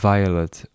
Violet